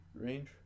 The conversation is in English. range